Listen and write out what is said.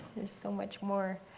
there's so much more.